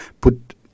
put